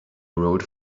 rode